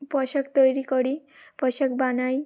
পোশাক তৈরি করি পোশাক বানাই